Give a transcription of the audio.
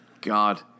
God